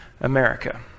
America